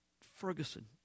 Ferguson